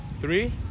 Three